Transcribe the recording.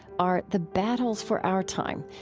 are the battles for our time,